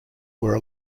were